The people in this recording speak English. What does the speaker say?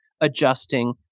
adjusting